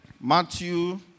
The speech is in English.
Matthew